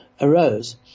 arose